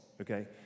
okay